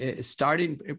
starting